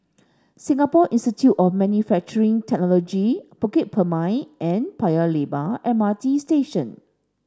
Singapore Institute of Manufacturing Technology Bukit Purmei and Paya Lebar M R T Station